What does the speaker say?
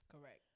Correct